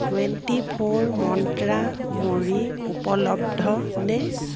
twenty four মন্ত্ৰা মুড়ি উপলব্ধনে